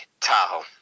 Tahoe